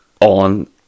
on